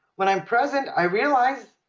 when i'm present, i realized